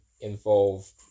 involved